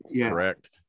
correct